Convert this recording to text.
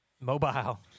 Mobile